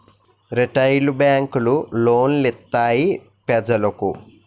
retail బేంకులు loan లిత్తాయి పెజలకు